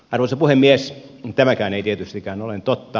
arvoisa puhemies tämäkään ei tietystikään ole totta